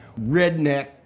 redneck